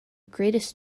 greatest